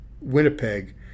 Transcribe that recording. Winnipeg